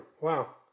Wow